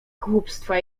głupstwa